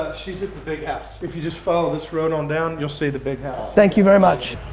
she is at the big house. if you just follow this road on down, you'll see the big house. thank you very much.